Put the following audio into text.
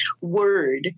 word